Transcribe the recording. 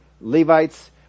Levites